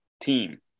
team